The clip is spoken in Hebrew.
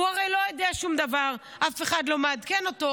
הוא הרי לא יודע שום דבר, אף אחד לא מעדכן אותו.